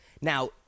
Now